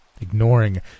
Ignoring